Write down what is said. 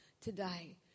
today